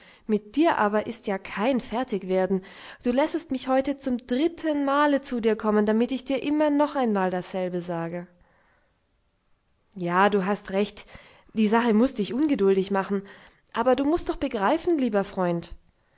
mit dir aber ist ja kein fertigwerden du lässest mich heute zum dritten male zu dir kommen damit ich dir immer noch einmal dasselbe sage ja du hast recht die sache muß dich ungeduldig machen aber du mußt doch begreifen lieber freund